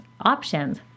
options